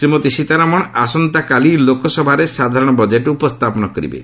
ଶ୍ରୀମତୀ ସୀତାରମଣ ଆସନ୍ତାକାଲି ଲୋକସଭାରେ ସାଧାରଣ ବଜେଟ୍ ଉପସ୍ଥାପନ କରିବେ